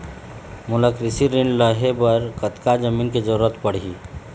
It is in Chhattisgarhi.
मोला कृषि ऋण लहे बर कतका जमीन के जरूरत पड़ही?